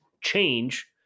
change